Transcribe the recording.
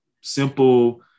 simple